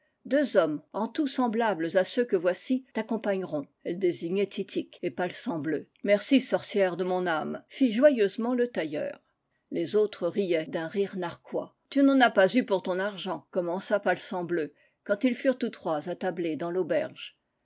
deux hommes ea tout seaallamee à ceux que voici t'accompa gneront elle désignait titik et palsambleu merci sorcière de mon âme fit joyeusement le tail leur les autres riaient d'un rire narquois tu n'en as pas eu pour ton argent commença palsambleu quand ils furent tous trois attablés dans l'auberge